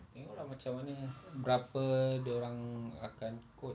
tengok lah macam mana berapa dia orang akan quote